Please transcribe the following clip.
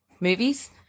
movies